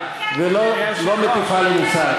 ולא מטיפה לי מוסר.